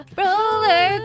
roller